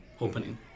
opening